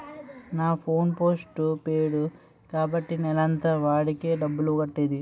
నా phone postpaid కాబట్టి నెలంతా వాడాకే డబ్బులు కట్టేది